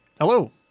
Hello